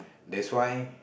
that's why